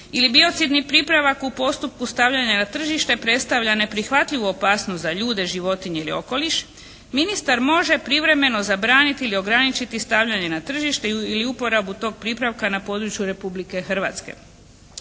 ili biocidni pripravak u postupku stavljanja na tržište predstavlja neprihvatljivu opasnost za ljude, životinje ili okoliš ministar može privremeno zabraniti ili ograničiti stavljanje na tržište ili uporabu tog pripravka na području Republike Hrvatske.